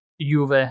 Juve